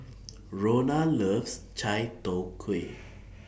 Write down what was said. Rhona loves Chai Tow Kuay